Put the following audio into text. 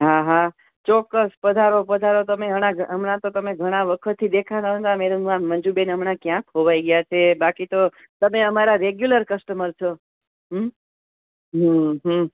હા હા ચોક્કસ પધારો પધારો તમે હણા હમણાં ઘણા વખતથી દેખાતા નહોતાં મેં કીધું આ મંજુબેન હમણાં ક્યાં ખોવાઈ ગયાં છે બાકી તો તમે અમારા રેગ્યુલર કસ્ટમર છો હમ હમ હમ